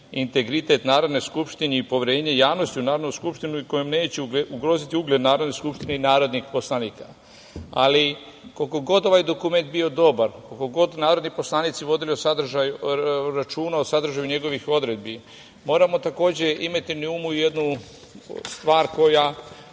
integritet Narodne skupštine i poverenje javnosti u Narodnu skupštinu kojom neće ugroziti ugled Narodne skupštine i narodnih poslanika, ali koliko god ovaj dokument bio dobar, koliko god narodni poslanici vode računa o sadržaju njegovih odredbi, moramo takođe imati na umu jednu stvar koju